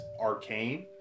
Arcane